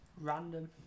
Random